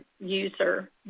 user